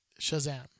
Shazam